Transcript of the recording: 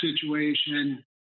situation